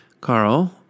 carl